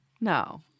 no